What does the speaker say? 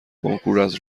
کنکوراز